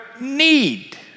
need